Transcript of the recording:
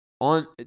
on